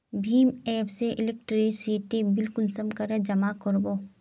भीम app से electricity bill कुंसम करे जमा कर बो?